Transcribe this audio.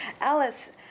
Alice